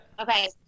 okay